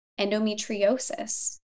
endometriosis